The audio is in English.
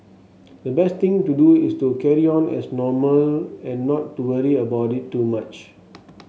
the best thing to do is to carry on as normal and not to worry about it too much